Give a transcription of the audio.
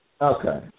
Okay